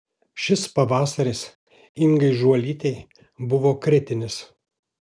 šis pavasaris ingai žuolytei buvo kritinis